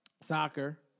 soccer